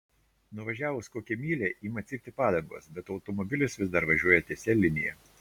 nuvažiavus kokią mylią ima cypti padangos bet automobilis vis dar važiuoja tiesia linija